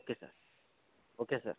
okay sir